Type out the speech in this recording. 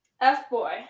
F-boy